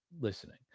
listening